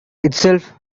itself